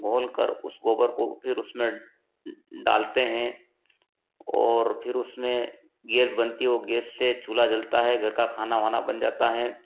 घोल कर उस गोबर को फिर उसमें डालते हें और फिर उसमें गैस बनती है वि गेस से चूल्हा जलता है घर का खाना वाना बन जाता है